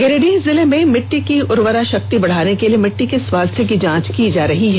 गिरिडीह जिले में मिट्टी की उर्वरा शक्ति बढ़ाने के लिए मिट्टी के स्वास्थ्य की जांच की जा रही है